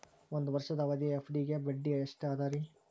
ಒಂದ್ ವರ್ಷದ ಅವಧಿಯ ಎಫ್.ಡಿ ಗೆ ಬಡ್ಡಿ ಎಷ್ಟ ಅದ ರೇ?